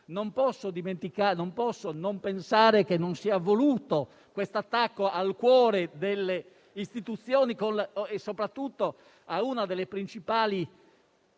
Non posso non pensare che non sia voluto questo attacco al cuore delle istituzioni, soprattutto a una delle principali